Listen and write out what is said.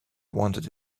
wanted